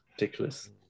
Ridiculous